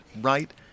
right